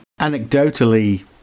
Anecdotally